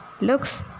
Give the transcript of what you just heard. looks